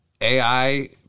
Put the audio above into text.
AI